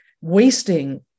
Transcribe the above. wasting